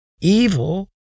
evil